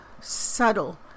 subtle